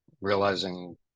realizing